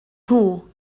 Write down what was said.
nhw